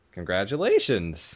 Congratulations